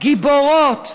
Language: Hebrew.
גיבורות,